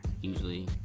usually